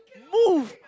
move